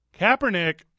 Kaepernick